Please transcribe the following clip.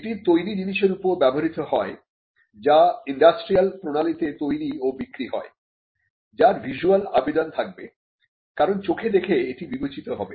এটি তৈরি জিনিসের উপর ব্যবহৃত হয় যা ইন্ডাস্ট্রিয়াল প্রণালীতে তৈরি ও বিক্রি হয় যার ভিসুয়াল আবেদন থাকবে কারণ চোখে দেখে এটি বিবেচিত হবে